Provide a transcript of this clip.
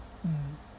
mm